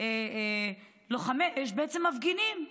לוחמי אש מפגינים.